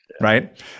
Right